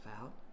out